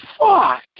fuck